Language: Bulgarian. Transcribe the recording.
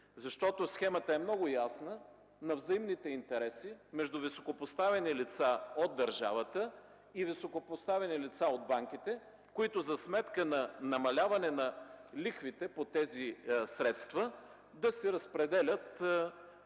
Защото схемата е много ясна – на взаимните интереси между високопоставени лица от държавата и високопоставени лица от банките, които за сметка на намаляване на лихвите по тези средства, да си разпределят